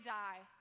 die